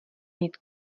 mít